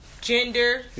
gender